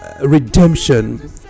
redemption